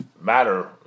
matter